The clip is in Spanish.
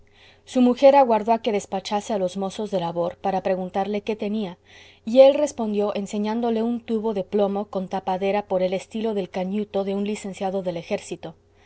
su mujer aguardó a que despachase a los mozos de labor para preguntarle qué tenía y él respondió enseñándole un tubo de plomo con tapadera por el estilo del cañuto de un licenciado del ejército